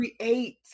create